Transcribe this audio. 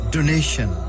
Donation